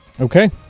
Okay